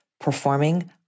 performing